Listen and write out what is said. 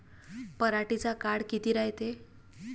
पराटीचा काळ किती रायते?